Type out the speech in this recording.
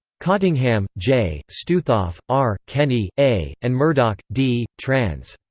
cottingham, j, stoothoff, r, kenny, a, and murdoch, d, trans.